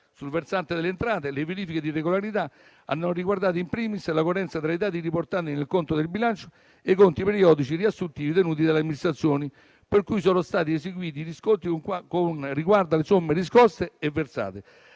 Sul versante delle entrate, le verifiche di regolarità hanno riguardato in primis la coerenza tra i dati riportati nel Conto del bilancio e i conti periodici riassuntivi tenuti dalle Amministrazioni, per cui sono stati eseguiti i riscontri con riguardo alle somme "riscosse" e "versate"